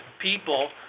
people